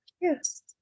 Yes